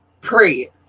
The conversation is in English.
Pray